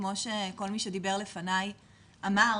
כמו שכל מי שדיבר לפני אמר,